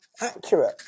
accurate